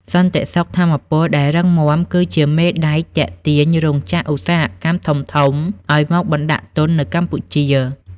សន្តិសុខថាមពលដែលរឹងមាំគឺជាមេដែកទាក់ទាញរោងចក្រឧស្សាហកម្មធំៗឱ្យមកបណ្ដាក់ទុននៅកម្ពុជា។